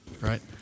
Right